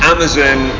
Amazon